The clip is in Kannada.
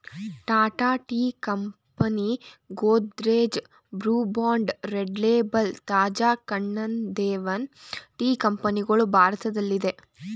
Tata tea company, Godrej, Brooke Bond Red Label, Taj Kannan Devan tea ಕಂಪನಿಗಳು ಭಾರತದಲ್ಲಿದೆ